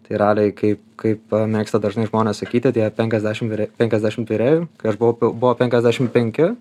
tai realiai kai kaip mėgsta dažnai žmonės sakyti tie penkiasdešim penkiasdešimt virėjų kai aš buvau buvo penkiasdešim penki